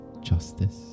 justice